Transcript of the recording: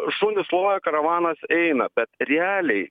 šunys loja karavanas eina bet realiai